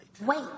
Wait